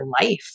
life